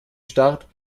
start